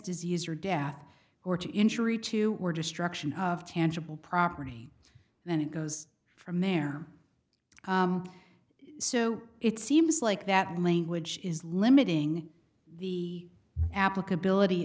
disease or death or to injury to or destruction of tangible property then it goes from there so it seems like that language is limiting the applicability